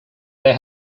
they